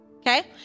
Okay